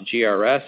GRS